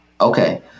Okay